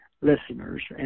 listeners